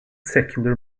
secular